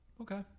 Okay